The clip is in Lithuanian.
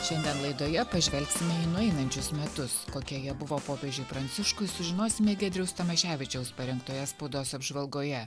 šiandien laidoje pažvelgsime į nueinančius metus kokie jie buvo popiežiui pranciškui sužinosime giedriaus tamoševičiaus parengtoje spaudos apžvalgoje